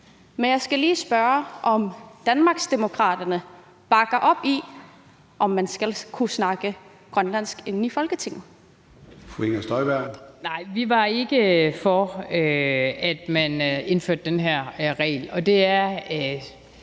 Men jeg skal lige spørge, om Danmarksdemokraterne bakker op om, at man skal kunne snakke grønlandsk i Folketinget. Kl. 13:30 Formanden (Søren Gade): Fru Inger